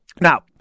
Now